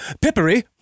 Pippery